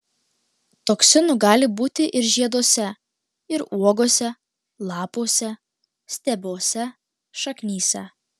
toksinų gali būti ir žieduose ir uogose lapuose stiebuose šaknyse